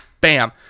bam